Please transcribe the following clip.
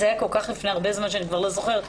זה היה כל כך לפני הרבה הזמן שאני כבר לא זוכרת.